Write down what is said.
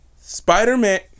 Spider-Man